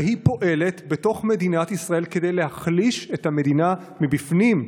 והיא פועלת בתוך מדינת ישראל כדי להחליש את המדינה מבפנים,